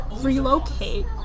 relocate